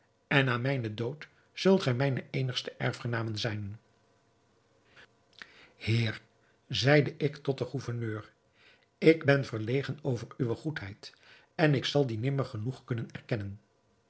en na mijnen dood zult gij mijne eenigste erfgenamen zijn heer zeide ik tot den gouverneur ik ben verlegen over uwe goedheid en ik zal die nimmer genoeg kunnen erkennen